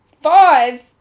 Five